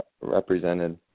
represented